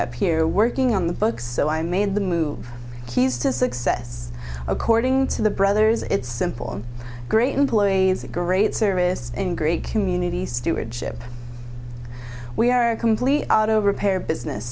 here working on the book so i made the move keys to success according to the brothers it's simple great employees a great service and great community stewardship we are a complete auto repair business